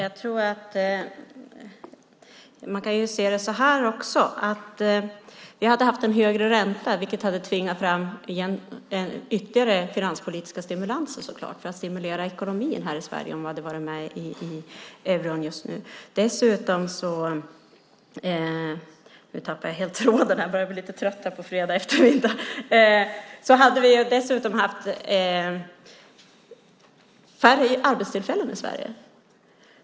Herr talman! Man kan se det så här också: Vi hade haft en högre ränta vilket så klart hade tvingat fram ytterligare finanspolitiska stimulanser för att stimulera ekonomin här i Sverige om vi hade varit med i eurosamarbetet just nu. Dessutom skulle vi ha haft färre arbetstillfällen i Sverige.